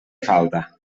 falta